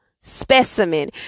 specimen